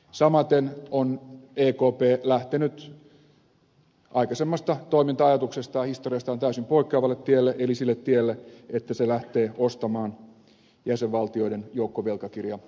samaten on ekp lähtenyt aikaisemmasta toiminta ajatuksestaan historiastaan täysin poikkeavalle tielle eli sille tielle että se lähtee ostamaan jäsenvaltioiden joukkovelkakirjalainoja